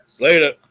Later